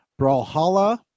Brawlhalla